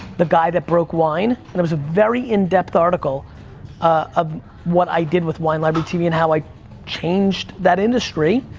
the guy that broke wine, and it was a very in-depth article of what i did with wine library tv, and how i changed that industry.